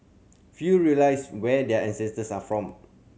few realise where their ancestors are from